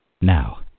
Now